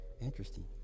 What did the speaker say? interesting